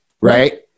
right